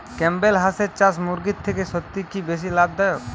Campbell হাঁসের চাষ মুরগির থেকে সত্যিই কি বেশি লাভ দায়ক?